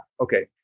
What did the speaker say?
okay